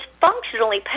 functionally